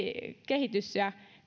kehitys ja